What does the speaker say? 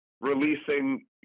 releasing